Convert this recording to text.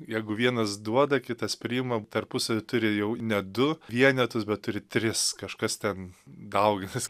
jeigu vienas duoda kitas priimam tarpusavyje turi jau ne du vienetus bet turi tris kažkas ten dauginas